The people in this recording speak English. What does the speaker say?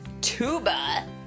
tuba